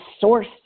source